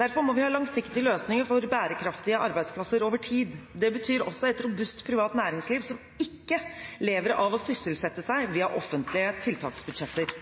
Derfor må vi ha langsiktige løsninger for bærekraftige arbeidsplasser over tid. Det betyr også et robust privat næringsliv, som ikke lever av å sysselsette seg via offentlige tiltaksbudsjetter.